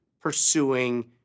pursuing